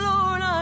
Lord